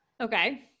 Okay